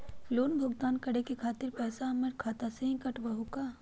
Loan भुगतान करे के खातिर पैसा हमर खाता में से ही काटबहु का?